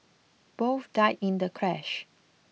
both died in the crash